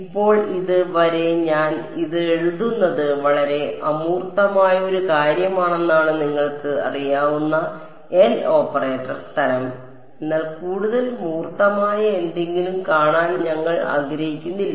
ഇപ്പോൾ ഇത് വരെ ഞാൻ ഇത് എഴുതുന്നത് വളരെ അമൂർത്തമായ ഒരു കാര്യമാണെന്നാണ് നിങ്ങൾക്ക് അറിയാവുന്ന എൽ ഓപ്പറേറ്റർ തരം എന്നാൽ കൂടുതൽ മൂർത്തമായ എന്തെങ്കിലും കാണാൻ ഞങ്ങൾ ആഗ്രഹിക്കുന്നില്ല